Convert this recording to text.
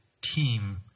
team